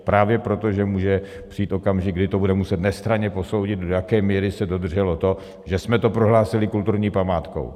Právě proto, že může přijít okamžik, kdy to bude muset nestranně posoudit, do jaké míry se dodrželo to, že jsme to prohlásili kulturní památkou.